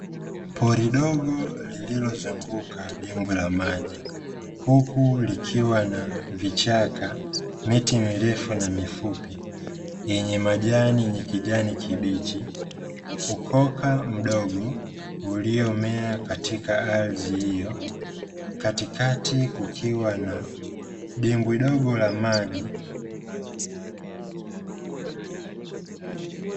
Pori dogo lililozunguka dimbwi la maji. Huku likiwa na vichaka, miti mirefu na mifupi yenye majani yenye kijani kibichi, ukoka mdogo uliomea katika ardhi hiyo; katikati kukiwa na dimbwi dogo la maji.